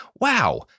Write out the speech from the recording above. Wow